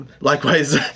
Likewise